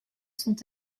sont